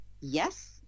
yes